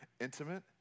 intimate